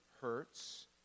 hurts